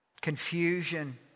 confusion